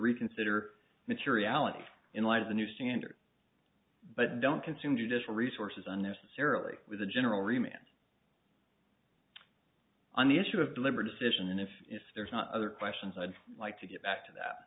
reconsider materiality in light of the new standard but don't consume judicial resources unnecessarily with a general remit on the issue of deliberate decision and if there's not other questions i'd like to get back to that